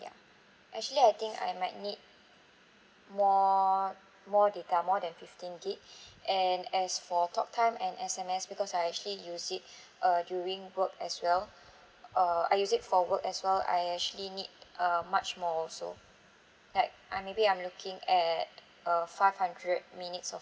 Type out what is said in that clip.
ya actually I think I might need more more data more than fifteen gig and as for talk time and S_M_S because I actually use it uh during work as well uh I use it for work as well I actually need uh much more also like uh maybe I'm looking at uh five hundred minutes of